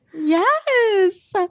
yes